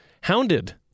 hounded